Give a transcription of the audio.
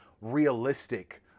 realistic